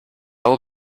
will